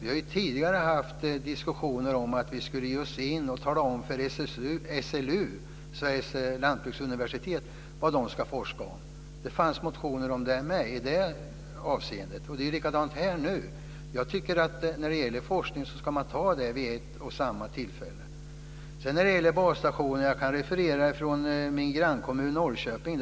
Vi har tidigare haft diskussioner om att vi skulle tala om för SLU - Sveriges lantbruksuniversitet - vad man ska forska om där. Det fanns motioner om det också. Det är likadant här nu. Jag tycker att man ska fatta beslut om forskningen vid ett och samma tillfälle. När det gäller basstationer kan jag referera en diskussion från min grannkommun Norrköping.